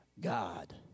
God